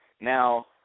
Now